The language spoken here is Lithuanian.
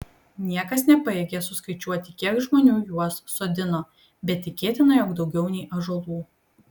niekas nepajėgė suskaičiuoti kiek žmonių juos sodino bet tikėtina jog daugiau nei ąžuolų